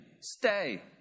stay